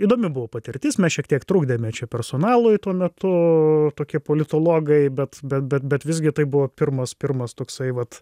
įdomi buvo patirtis mes šiek tiek trukdėme čia personalui tuo metu tokie politologai bet bet bet bet visgi tai buvo pirmas pirmas toksai vat